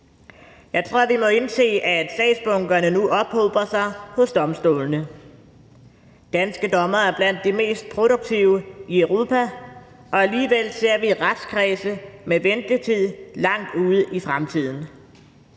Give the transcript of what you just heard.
Jeg tror, vi må indse, at sagsbunkerne nu ophober sig hos domstolene. Danske dommere er blandt de mest produktive i Europa, og alligevel ser vi retskredse med ventetid langt ud i fremtiden.